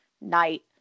night